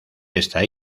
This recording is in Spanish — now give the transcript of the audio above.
esta